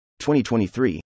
2023